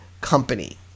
Company